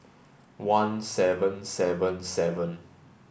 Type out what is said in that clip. one seven seven seven